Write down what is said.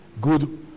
good